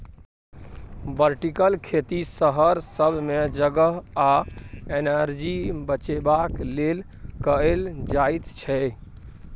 vertical खेती शहर सब मे जगह आ एनर्जी बचेबाक लेल कएल जाइत छै